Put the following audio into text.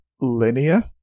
linear